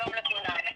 שלום לכולם.